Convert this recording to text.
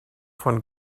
von